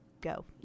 go